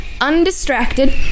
undistracted